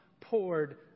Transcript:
poured